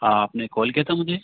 हाँ आपने कॉल किया था मुझे